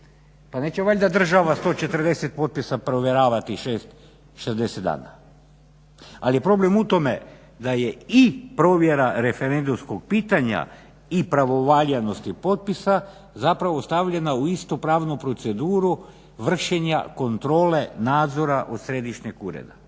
Pa neće valjda država 140 potpisa provjeravati 60 dana. Ali je problem u tome da je i provjera referendumskog pitanja i pravovaljanosti potpisa zapravo stavljena u istu pravnu proceduru vršenja kontrole nadzora od Središnjeg ureda.